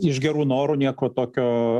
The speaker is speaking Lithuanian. iš gerų norų nieko tokio